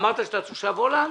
אמרת שאתה תושב הולנד?